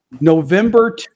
november